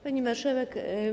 Pani Marszałek!